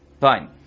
Fine